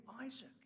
Isaac